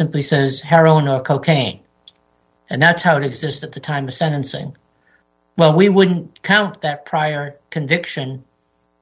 simply says heroin or cocaine and that's how to exist at the time of sentencing well we wouldn't count that prior conviction